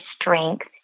strength